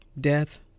death